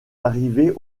arrivez